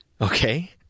Okay